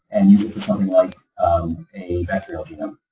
and use it for something like a bacterial genome.